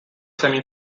semi